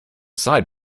side